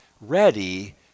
ready